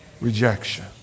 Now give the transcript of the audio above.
rejection